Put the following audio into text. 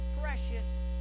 precious